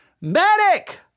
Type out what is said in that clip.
medic